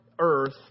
earth